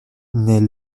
naît